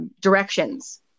directions